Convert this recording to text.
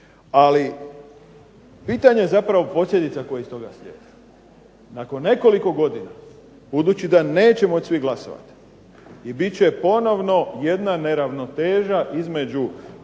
Ali, pitanje je zapravo posljedica koje iz toga slijede. Ako nekoliko godina se, budući da neće moći svi glasovati i bit će ponovno jedna neravnoteža između